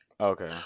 Okay